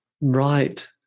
Right